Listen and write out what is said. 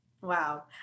Wow